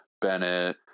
Bennett